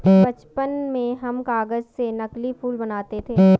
बचपन में हम कागज से नकली फूल बनाते थे